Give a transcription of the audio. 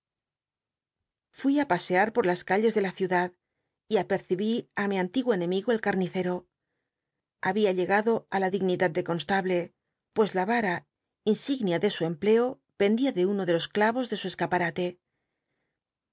ui t pascar por las calles de la ciudad y apercibi i mi antiguo enemigo el camiccro había llegado i la dignítlad de c on table pues la vara insignia de su empleo pendía de uno de los cla os de su esc